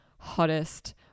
hottest